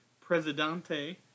Presidente